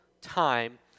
time